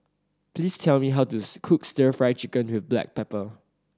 please tell me how to cook Stir Fry Chicken with black pepper